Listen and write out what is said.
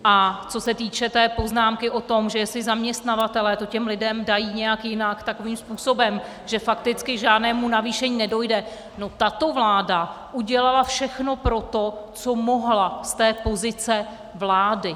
A co se týče poznámky o tom, že jestli zaměstnavatelé to těm lidem dají nějak jinak takovým způsobem, že fakticky k žádnému navýšení nedojde no tato vláda udělala všechno pro to, co mohla z pozice vlády.